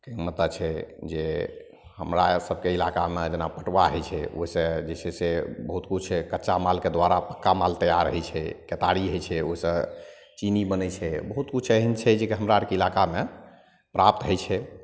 मता छै जे हमरा सबके इलाकामे जेना फुटबा होइ छै ओ सब जे छै से बहुत किछु कच्चा मालके द्वारा पक्का माल तैयार होइ छै केतारी होइ छै ओ सऽ चीनी बनै छै बहुत किछु एहेन छै जे हमरा आरके इलाकामे प्राप्त होइ छै